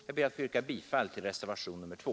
Jag ber att få yrka bifall till reservationen 2.